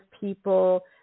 people